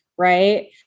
Right